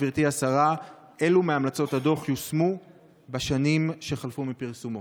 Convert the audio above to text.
גברתי השרה: אילו מהמלצות הדוח יושמו בשנים שחלפו מפרסומו?